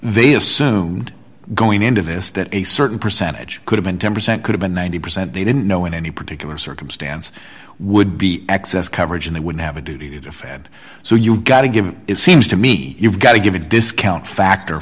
assumed going into this that a certain percentage could have been ten percent could have been ninety percent they didn't know in any particular circumstance would be excess coverage and they wouldn't have a duty to defend so you've got to give it seems to me you've got to give a discount factor